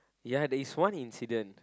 ya there is one incident